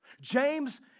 James